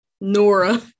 Nora